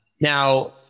now